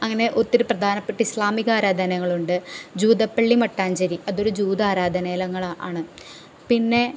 അങ്ങനെ ഒത്തിരി പ്രധാപ്പെട്ട ഇസ്ലാമിക ആരാധാനയങ്ങളുണ്ട് ജൂതപ്പള്ളി മട്ടാഞ്ചേരി അതൊരു ജൂത ആരാധനയലങ്ങളാണ് പിന്നെ